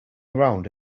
around